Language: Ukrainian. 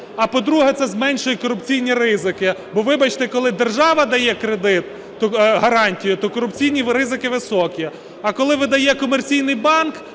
а по-друге, це зменшує корупційні ризики. Бо, вибачте, коли держава дає кредит, гарантію, то корупційні ризики високі, а коли видає комерційний банк,